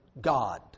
God